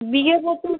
বিঘে প্রতি